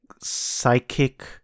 psychic